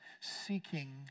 seeking